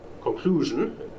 Conclusion